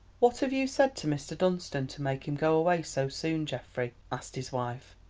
what have you said to mr. dunstan to make him go away so soon, geoffrey? asked his wife.